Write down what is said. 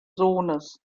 sohnes